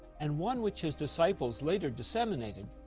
and one which his disciples later disseminated,